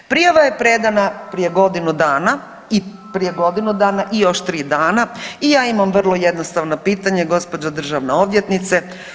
Prijava je predana prije godinu dana i prije godinu i još tri dana i ja imam vrlo jednostavno pitanje gospođo državna odvjetnice.